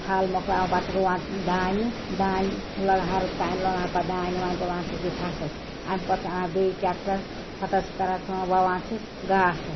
تھل مَکلاوان پتہٕ چھِ رُووان دانہِ دانہِ چھِ لَگان ہَرُد تانۍ لُنان پتہٕ دانہِ وانہِ تُلان چھِس یہِ فصٕل اَمہِ پتہٕ چھِ اَنان بیٚیہِ ٹیکٹَر پتہٕ حظ چھِ کران کٲم وَوان چھِس گاسہٕ